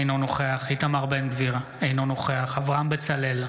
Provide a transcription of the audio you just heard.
אינו נוכח איתמר בן גביר, אינו נוכח אברהם בצלאל,